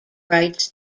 rights